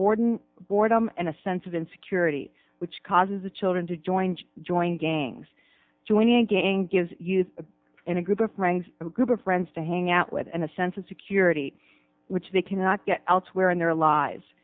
borden boredom and a sense of insecurity which causes the children to join join gangs joining gangs gives youth in a group of friends a group of friends to hang out with and a sense of security which they cannot get elsewhere in their lives